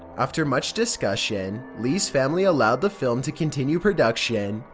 after much discussion, lee's family allowed the film to continue production,